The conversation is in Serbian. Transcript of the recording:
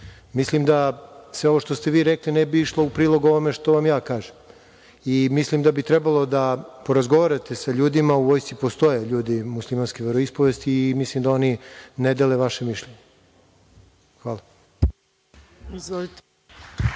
Mislim da ovo što vi sve rekli ne bi išlo u prilog onome što vam ja kažem i mislim da bi trebalo da porazgovarate sa ljudima. U Vojsci postoje ljudi muslimanske veroispovesti i mislim da oni ne dele vaše mišljenje. Hvala.